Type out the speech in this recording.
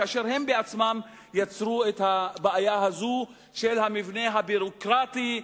כאשר הם בעצמם יצרו את הבעיה הזאת של המבנה הביורוקרטי,